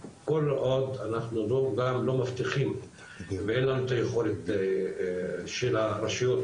4. כל עוד אנחנו לא מבטיחים ואין לנו את היכולת של הרשויות,